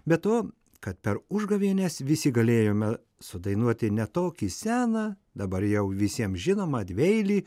be to kad per užgavėnes visi galėjome sudainuoti ne tokį seną dabar jau visiems žinomą dvieilį